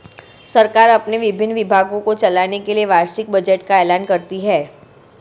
सरकार अपने विभिन्न विभागों को चलाने के लिए वार्षिक बजट का ऐलान करती है